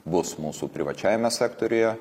bus mūsų privačiajame sektoriuje